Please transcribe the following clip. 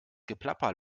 geplapper